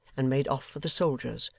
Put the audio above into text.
and made off for the soldiers,